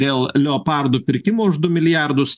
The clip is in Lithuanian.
dėl leopardų pirkimo už du milijardus